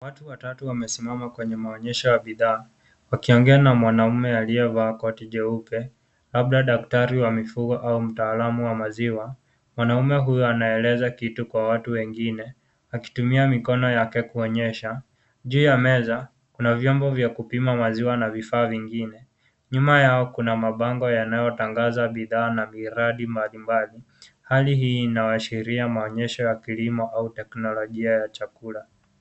Watu watatu wamesimama kwenye maonyesho ya bidhaa, wakiongea na mwanaume aliyevaa koti jeupe, labda daktari wa mifugo au mtaalamu wa maziwa, mwanamume huyo anaeleza kitu kwa watu wengine, akitumia mikono yake kuonyesha, juu ya meza ,kuna vyombo vya kupima maziwa na vifaa vingine, nyuma kuna mabango yanayotangaza bidhaa na miradi mbalimbali. Hali hii inawaashiria maonyesho ya kilimo au teknolojia ya chakula.